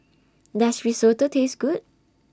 Does Risotto Taste Good